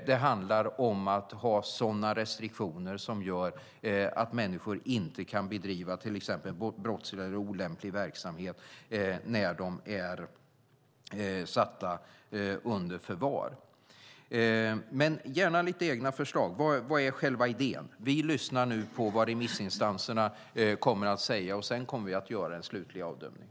Det handlar om att ha sådana restriktioner som gör att människor inte kan bedriva till exempel brottslig eller olämplig verksamhet när de är satta under förvar. Gärna lite egna förslag, vad är själva idén? Vi lyssnar nu på vad remissinstanserna kommer att säga. Sedan kommer vi att göra den slutliga bedömningen.